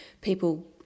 people